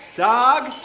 dog,